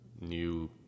new